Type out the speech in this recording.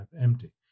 empty